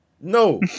No